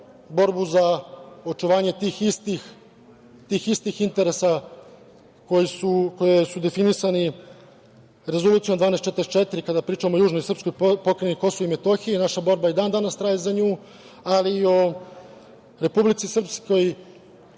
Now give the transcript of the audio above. borbu za očuvanje tih istih interesa koji su definisani Rezolucijom 1244 kada pričamo o južnoj srpskoj pokrajini Kosovu i Metohiji, naša borba i dan danas traje za nju, ali i o Republici Srpskoj,